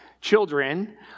children